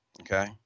okay